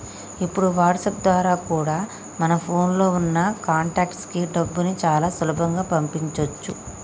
ఇప్పుడు వాట్సాప్ ద్వారా కూడా మన ఫోన్ లో ఉన్న కాంటాక్ట్స్ కి డబ్బుని చాలా సులభంగా పంపించొచ్చు